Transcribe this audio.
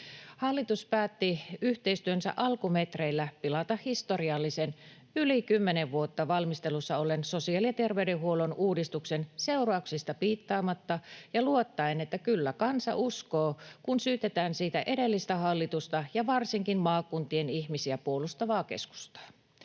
Hallitus päätti yhteistyönsä alkumetreillä pilata historiallisen, yli kymmenen vuotta valmistelussa olleen sosiaali- ja terveydenhuollon uudistuksen seurauksista piittaamatta ja luottaen, että kyllä kansa uskoo, kun syytetään siitä edellistä hallitusta ja varsinkin maakuntien ihmisiä puolustavaa keskustaa.